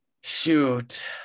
shoot